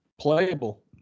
playable